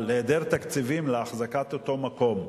אבל היעדר תקציבים לאחזקת אותו מקום,